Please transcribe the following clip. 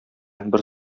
бер